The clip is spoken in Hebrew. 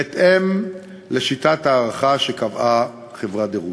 בהתאם לשיטת הערכה שקבעה חברת דירוג.